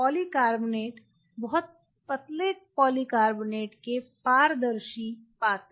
polycarbonate बहुत पतले polycarbonate के पारदर्शी पात्र